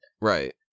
Right